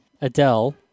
Adele